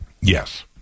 Yes